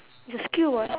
it's a skill [what]